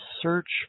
search